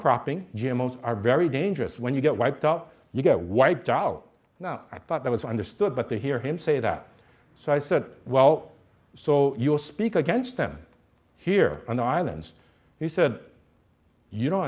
propping jim most are very dangerous when you get wiped out you get wiped out now i thought that was understood but to hear him say that so i said well so you'll speak against them here on the islands he said you